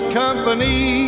company